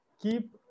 keep